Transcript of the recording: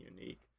unique